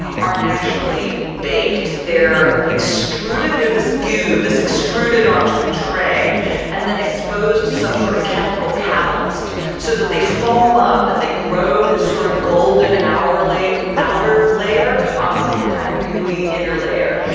aren't actually baked, they're extruded, there's this goo that's extruded onto a tray and then exposed to some sort of chemical catalyst so that they foam up and they grow this sort of golden our lay, outer layer, on top of the kind of gooey inner layer,